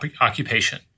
occupation